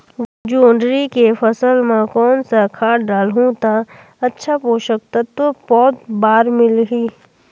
जोंदरी के फसल मां कोन सा खाद डालहु ता अच्छा पोषक तत्व पौध बार मिलही?